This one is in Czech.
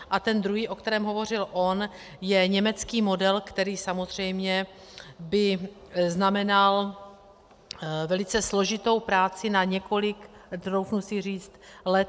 A ten druhý, o kterém hovořil on, je německý model, který by samozřejmě znamenal velice složitou práci na několik, troufnu si říct, let.